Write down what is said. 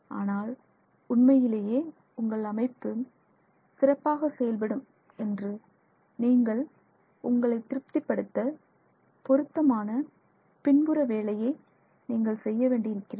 ஆனால் உண்மையிலேயே உங்கள் அமைப்பு சிறப்பாக செயல்படும் என்று நீங்கள் உங்களை திருப்திபடுத்த பொருத்தமான பின்புற வேலையை நீங்கள் செய்யவேண்டியிருக்கிறது